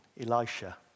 Elisha